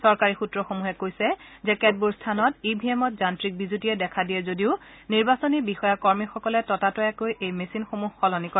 চৰকাৰী সূত্ৰসমূহে কৈছে যে কেতবোৰ স্থানত ই ভি এমত যান্ত্ৰিক বিজুতিয়ে দেখা দিয়ে যদিও নিৰ্বাচনী বিষয়া কৰ্মীসকলে ততাতৈয়াকৈ এই মেচিনসমূহ সলনি কৰে